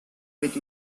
with